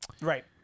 Right